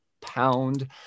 pound